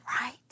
right